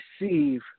receive